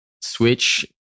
switch